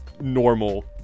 normal